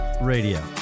Radio